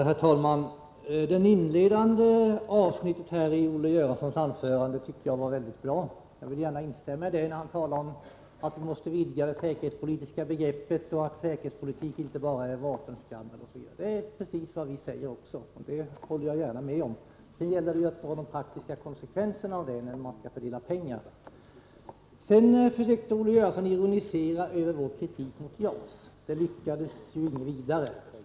Herr talman! Det inledande avsnittet i Olle Göranssons anförande var mycket bra. Jag vill gärna instämma i det han sade om att vi måste vidga det säkerhetspolitiska begreppet och att säkerhetspolitik inte bara är vapenskrammel osv. Det är precis vad vi också säger, så det håller jag gärna med om. Sedan gäller det att ta de praktiska konsekvenserna av detta när man skall fördela pengar. Olle Göransson försökte ironisera över vår kritik mot JAS. Det lyckades inget vidare.